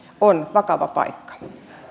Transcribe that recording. on vakava paikka